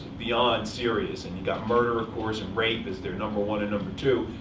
beyond serious. and you got murder, of course, and rape is their number one and number two.